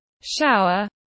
shower